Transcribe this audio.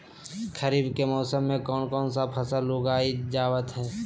खरीफ के मौसम में कौन कौन सा फसल को उगाई जावत हैं?